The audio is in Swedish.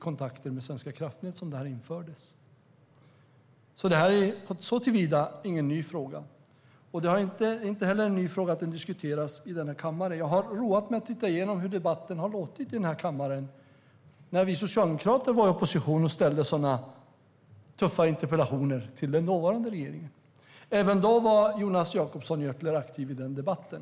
Såtillvida är detta ingen ny fråga. Det är heller inte nytt att den diskuteras i denna kammare. Jag har roat mig med att titta igenom hur debatten här har låtit. När vi socialdemokrater var i opposition ställde vi sådana här tuffa interpellationer till den dåvarande regeringen. Även då var Jonas Jacobsson Gjörtler aktiv i debatten.